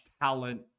talent